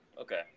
Okay